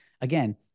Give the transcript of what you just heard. again